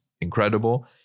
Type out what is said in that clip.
incredible